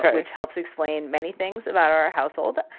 which helps explain many things about our household.